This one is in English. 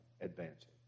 advancing